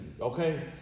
okay